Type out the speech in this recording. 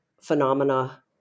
phenomena